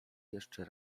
jeszcze